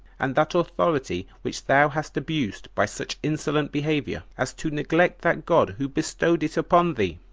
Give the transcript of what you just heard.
and that authority which thou hast abused by such insolent behavior, as to neglect that god who bestowed it upon thee.